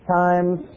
times